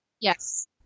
Yes